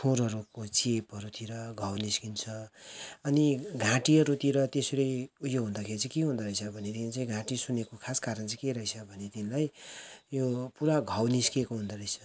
खुरहरूको चेपहरूतिर घाउ निस्किन्छ अनि घाँटीहरूतिर त्यसरी उयो हुँदाखेरि चाहिँ के हुँदोरहेछ भनेदेखि चाहिँ घाँटी सुन्निएको खास कारण चाहिँ के रहेछ भनेदेखिलाई यो पुरा घाउ निस्केको हुँदोरहेछ